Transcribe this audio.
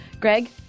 Greg